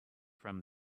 from